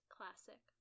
Classic